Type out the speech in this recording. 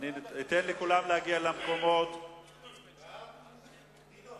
האחת בנוגע לסעיף 131 לתקנון הכנסת והשנייה לגבי עוספיא-דאליה,